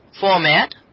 format